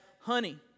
honey